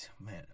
Man